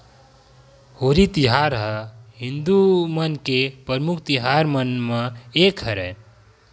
होरी तिहार ह हिदू मन के परमुख तिहार मन म एक हरय